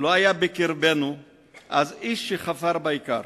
לא היה בקרבנו אז איש שכפר בעיקר,